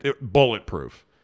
bulletproof